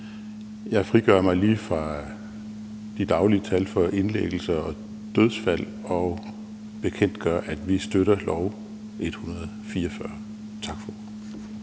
jeg frigør mig lige fra de daglige tal for indlæggelser og dødsfald og bekendtgør, at vi støtter L 144. Tak for